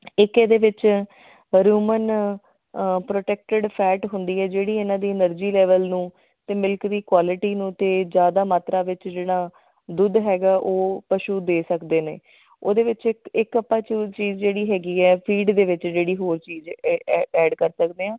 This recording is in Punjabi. ਇੱਕ ਇਹਦੇ ਵਿੱਚ ਰੂਮਨ ਪ੍ਰੋਟੈਕਟਡ ਫੈਟ ਹੁੰਦੀ ਹੈ ਜਿਹੜੀ ਇਹਨਾਂ ਦੀ ਐਨਰਜੀ ਲੈਵਲ ਨੂੰ ਅਤੇ ਮਿਲਕ ਦੀ ਕੁਆਲਿਟੀ ਨੂੰ ਅਤੇ ਜ਼ਿਆਦਾ ਮਾਤਰਾ ਵਿੱਚ ਜਿਹੜਾ ਦੁੱਧ ਹੈਗਾ ਉਹ ਪਸ਼ੂ ਦੇ ਸਕਦੇ ਨੇ ਉਹਦੇ ਵਿੱਚ ਇੱਕ ਇੱਕ ਆਪਾਂ ਚੂਰ ਚੀਜ਼ ਜਿਹੜੀ ਹੈਗੀ ਹੈ ਫੀਡ ਦੇ ਵਿੱਚ ਜਿਹੜੀ ਹੋਰ ਚੀਜ਼ ਇ ਐ ਐਡ ਕਰ ਸਕਦੇ ਹਾਂ